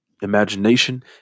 imagination